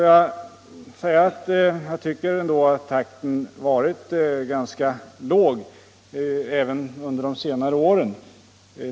Jag tycker ändå att takten varit ganska låg, även under de senare åren.